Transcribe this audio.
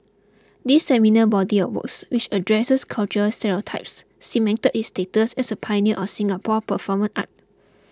this seminal body of works which addresses cultural stereotypes cemented his status as a pioneer of Singapore performance art